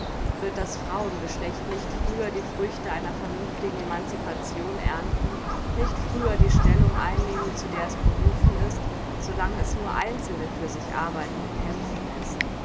wird das frauengeschlecht nicht früher die früchte einer vernünftigen emancipation ernten nicht früher die stellung einnehmen zu der es berufen ist so lange es nur einzelne für sich arbeiten und kämpfen läßt